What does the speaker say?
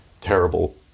terrible